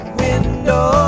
window